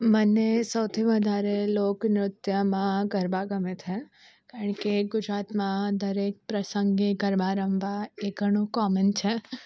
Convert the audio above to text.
મને સૌથી વધારે લોક નૃત્યમાં ગરબા ગમે છે કારણ કે ગુજરાતમાં દરેક પ્રસંગે ગરબા રમવા એ ઘણું કોમન છે